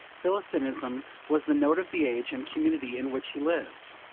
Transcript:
philistinism was the note of the age and community in which he lived.